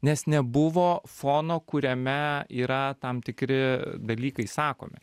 nes nebuvo fono kuriame yra tam tikri dalykai sakomi